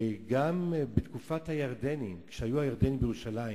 גם בתקופת הירדנים, כשהירדנים היו בירושלים,